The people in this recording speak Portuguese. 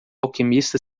alquimista